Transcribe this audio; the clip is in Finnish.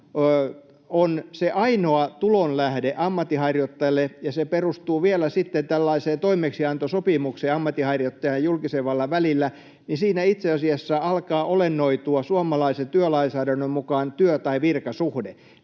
on se ainoa tulonlähde ammatinharjoittajille ja se perustuu vielä toimeksiantosopimukseen ammatinharjoittajan ja julkisen vallan välillä, niin siinä itse asiassa alkaa olennoitua suomalaisen työlainsäädännön mukaan työ‑ tai virkasuhde.